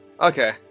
Okay